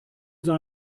sei